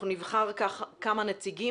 אנחנו נבחר כמה נציגים.